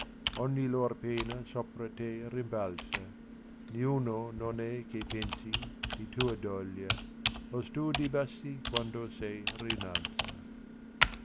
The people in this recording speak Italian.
ogni lor pena sopra te rimbalza niuno non è che pensi di tua doglia o stu dibassi quando sé rinalza